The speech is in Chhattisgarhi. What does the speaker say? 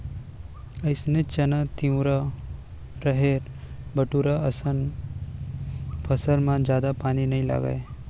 अइसने चना, तिंवरा, राहेर, बटूरा असन फसल म जादा पानी नइ लागय